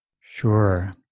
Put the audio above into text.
Sure